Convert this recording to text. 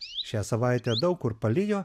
šią savaitę daug kur palijo